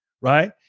right